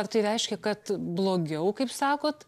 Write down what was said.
ar tai reiškia kad blogiau kaip sakot